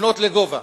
לבנות לגובה.